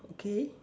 okay